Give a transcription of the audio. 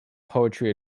poetry